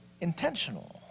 intentional